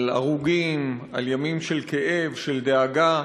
על הרוגים, על ימים של כאב, של דאגה.